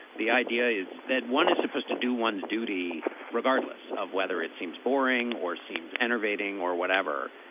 the idea is that one is supposed to do one's duty regardless of whether it seems boring or seems enervating or whatever.